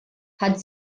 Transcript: hat